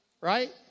Right